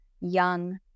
young